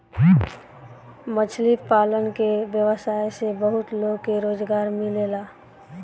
मछली पालन के व्यवसाय से बहुत लोग के रोजगार मिलेला